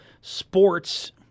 sports